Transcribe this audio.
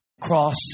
Cross